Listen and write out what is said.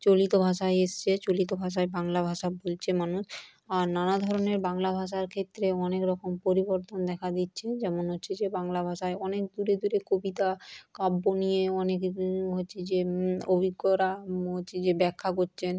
চলিত ভাষায় এসেছে চলিত ভাষায় বাংলা ভাষা বলছে মানুষ আর নানা ধরনের বাংলা ভাষার ক্ষেত্রে অনেকরকম পরিবর্তন দেখা দিচ্ছে যেমন হচ্ছে যে বাংলা ভাষায় অনেক দূরে দূরে কবিতা কাব্য নিয়ে অনেক হচ্ছে যে অভিজ্ঞরা হচ্ছে যে ব্যাখ্যা করছেন